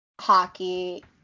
hockey